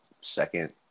second